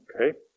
okay